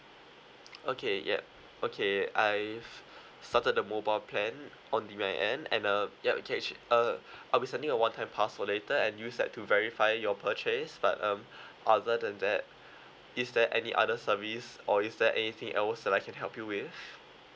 okay yeah okay I've started the mobile plan on the my end and uh yup you can actua~ uh I'll be sending a one-time pass for later and use that to verify your purchase but um other than that is there any other service or is there anything else that I can help you with